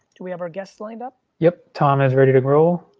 do we have our guests lined up? yup, tom is ready to roll,